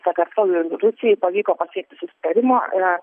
sakartvelui ir rusijai pavyko pasiekti susitarimą